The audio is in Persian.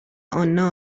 آنا